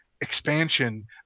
expansion